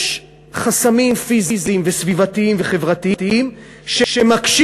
יש חסמים פיזיים וסביבתיים וחברתיים שמקשים